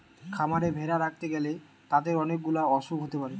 খামারে ভেড়া রাখতে গ্যালে তাদের অনেক গুলা অসুখ হতে পারে